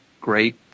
great